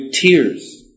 tears